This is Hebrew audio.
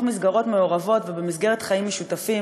מסגרות מעורבות ובמסגרת חיים משותפים,